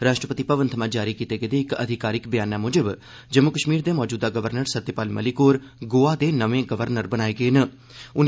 राष्ट्रपति भवन थमां जारी कीते गेदे इक अधिकारिक बयानै मुजब जम्मू कश्मीर दे मौजूदा गवर्नर सत्यपाल मलिक होर गोवा दे गवर्नर बनाए गेन